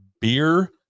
beer